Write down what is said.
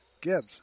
Gibbs